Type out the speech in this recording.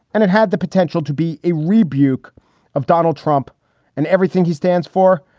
and it had the potential to be a rebuke of donald trump and everything he stands for,